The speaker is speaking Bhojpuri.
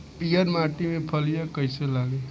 पीयर माटी में फलियां कइसे लागी?